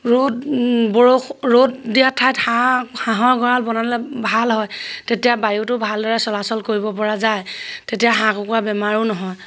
ৰ'দ বৰষু ৰ'দ দিয়া ঠাইত হাঁহ হাঁহৰ গঁড়াল বনালে ভাল হয় তেতিয়া বায়ুটো ভালদৰে চলাচল কৰিব পৰা যায় তেতিয়া হাঁহ কুকুৰাৰ বেমাৰো নহয়